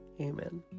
Amen